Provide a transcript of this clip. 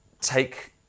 take